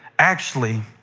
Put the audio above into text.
actually,